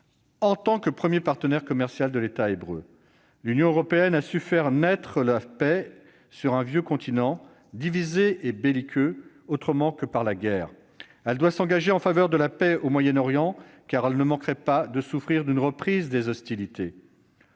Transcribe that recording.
en tant que premier partenaire commercial de l'État hébreu. L'Union européenne a su faire naître la paix sur un vieux continent, divisé et belliqueux, autrement que par la guerre. Elle doit s'engager en faveur de la paix au Moyen-Orient, car elle ne manquerait pas de souffrir d'une reprise des hostilités.